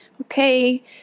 okay